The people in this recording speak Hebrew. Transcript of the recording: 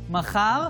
מיקי לוי,